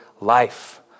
life